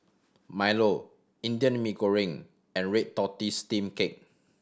milo Indian Mee Goreng and red tortoise steamed cake